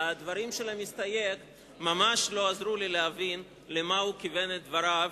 הדברים של המסתייג ממש לא עזרו לי להבין למה הוא כיוון את דבריו